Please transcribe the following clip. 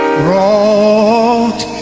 brought